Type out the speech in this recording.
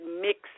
mix